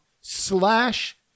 slash